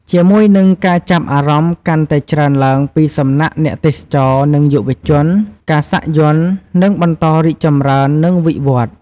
ជាមួយនឹងការចាប់អារម្មណ៍កាន់តែច្រើនឡើងពីសំណាក់អ្នកទេសចរ និងយុវជន ការសាក់យ័ន្តនឹងបន្តរីកចម្រើន និងវិវឌ្ឍន៍។